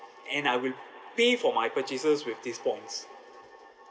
and I will pay for my purchases with this points